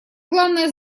главная